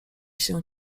się